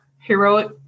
heroic